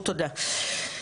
תודה רבה.